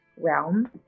realm